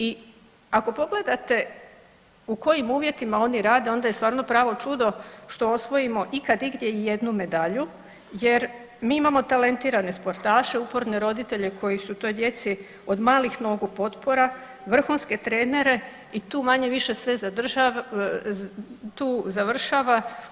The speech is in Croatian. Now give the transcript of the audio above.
I ako pogledate u kojim uvjetima u kojim oni rade onda je stvarno pravo čudo što osvojimo ikad igdje i jednu medalju jer mi imamo talentirane sportaše, uporne roditelje koji su toj djeci od malih nogu potpora, vrhunske trenere i tu manje-više sve tu završava.